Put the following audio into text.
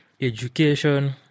education